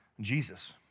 Jesus